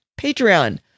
Patreon